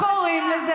מאי,